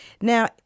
Now